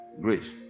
Great